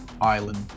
island